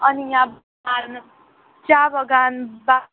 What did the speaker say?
अनि यहाँ बगान चिया बगान बा